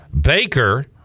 Baker